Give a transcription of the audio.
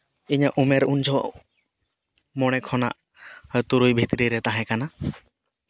ᱤᱧᱟᱹᱜ ᱩᱢᱮᱨ ᱩᱱ ᱡᱚᱠᱷᱚᱱ ᱢᱚᱬᱮ ᱠᱷᱚᱱᱟᱜ ᱛᱩᱨᱩᱭ ᱵᱷᱤᱛᱨᱤ ᱨᱮ ᱛᱟᱦᱮᱸ ᱠᱟᱱᱟ